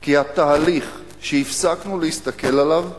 כי התהליך שהפסקנו להסתכל עליו,